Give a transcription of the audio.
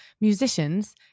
musicians